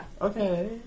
Okay